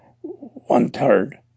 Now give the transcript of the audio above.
one-third